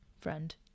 friend